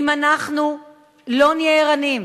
אם אנחנו לא נהיה ערניים